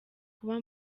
kuba